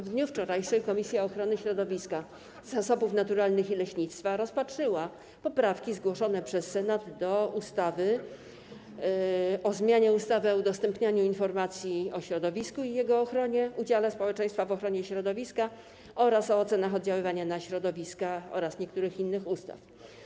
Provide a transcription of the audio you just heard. W dniu wczorajszym Komisja Ochrony Środowiska, Zasobów Naturalnych i Leśnictwa rozpatrzyła poprawki zgłoszone przez Senat do ustawy o zmianie ustawy o udostępnianiu informacji o środowisku i jego ochronie, udziale społeczeństwa w ochronie środowiska oraz o ocenach oddziaływania na środowisko oraz niektórych innych ustaw.